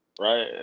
right